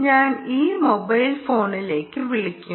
ഞാൻ ഈ മൊബൈൽ ഫോണിലേക്ക് വിളിക്കും